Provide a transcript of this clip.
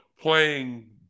playing